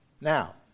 Now